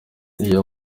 iyo